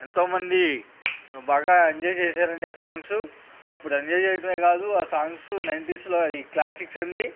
ఎంతోమంది బాగా ఎంజాయ్ చేశారండి ఆ సాంగ్సు అప్పుడు ఎంజాయ్ చేయటమే కాదు ఆ సాంగ్సు నైంటీస్లో అవి క్లాసిక్స్ అండి